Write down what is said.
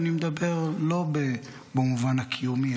אני מדבר לא במובן הקיומי,